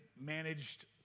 managed